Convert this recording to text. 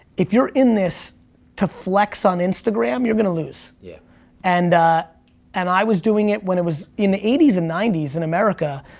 if you're in this to flex on instagram you're gonna lose. yeah and and i was doing it when it was in the eighty s and ninety s in america,